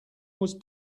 was